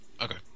Okay